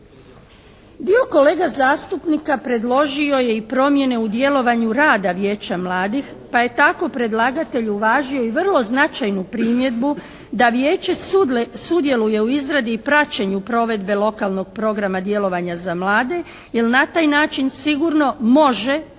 Dio kolega zastupnika predložio je i promjene u djelovanju rada Vijeća mladih pa je tako predlagatelj uvažio i vrlo značajnu primjedbu da Vijeća sudjeluje u izradi i praćenja provedbe lokalnog programa djelovanja za mlade, jer na taj način sigurno može i mora